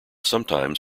sometimes